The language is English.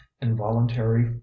involuntary